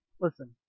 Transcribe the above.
Listen